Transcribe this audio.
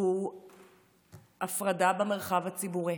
הוא הפרדה במרחב הציבורי.